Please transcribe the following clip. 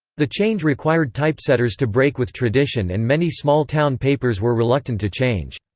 the change required typesetters to break with tradition and many small-town papers were reluctant to change.